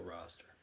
roster